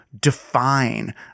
define